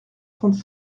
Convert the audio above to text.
trente